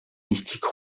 mystique